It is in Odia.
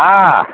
ହଁ